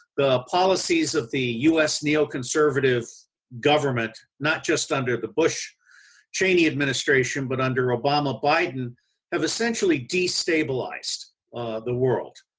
the policies of the u s. neo conservative government not just under the bush cheney administration but, under obama biden have essentially destabilized the world.